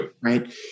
right